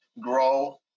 grow